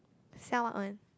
sell what one